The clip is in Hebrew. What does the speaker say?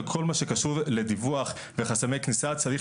בכל מה שקשור לדיווח וחסמי כניסה צריך